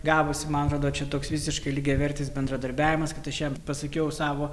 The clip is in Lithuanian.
gavosi man atrodo čia toks visiškai lygiavertis bendradarbiavimas kad aš jam pasakiau savo